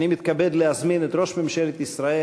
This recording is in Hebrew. אני מתכבד להזמין את ראש ממשלת ישראל